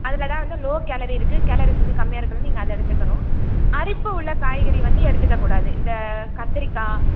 அதில்தான் வந்து low calorie இருக்குது கேலரிஸ் வந்து கம்மியாக இருக்கிறத வந்து நீங்கள் அதை எடுத்துக்கணும் அரிப்பு உள்ள காய்கறி வந்து எடுத்துக்ககூடாது இந்த கத்திரிக்காய்